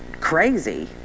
crazy